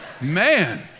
man